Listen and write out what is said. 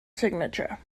signature